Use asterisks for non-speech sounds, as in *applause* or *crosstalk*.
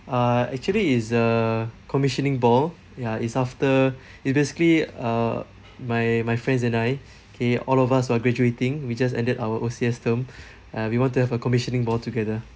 uh actually it's a commissioning ball ya it's after *breath* it basically uh my my friends and I K all of us were graduating we just ended our O_C_S term *breath* ah we want to have a commissioning ball together